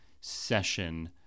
session